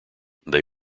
they